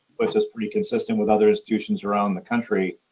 which is pretty consistent with other institutions around the country.